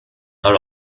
are